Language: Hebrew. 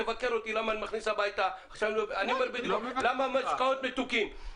תבקר אותי למה אני מכניס הביתה משקאות מתוקים.